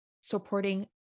supporting